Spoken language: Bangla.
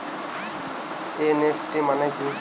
এন.ই.এফ.টি মনে কি?